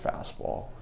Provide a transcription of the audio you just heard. fastball